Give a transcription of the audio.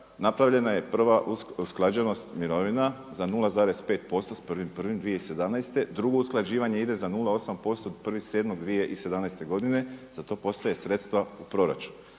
napravljena je prva usklađenost mirovina za 0,5% s 1.1.2017. Drugo usklađivanje ide za 0,8% 1.7.2017. godine. Za to postoje sredstva u proračunu.